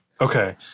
Okay